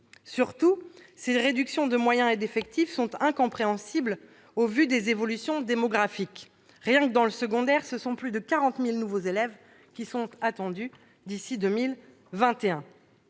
Surtout, ces réductions de moyens et d'effectifs sont incompréhensibles au vu des évolutions démographiques. Ainsi, dans le seul secondaire, ce sont plus de 40 000 nouveaux élèves qui sont attendus d'ici à 2021.